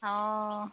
অঁ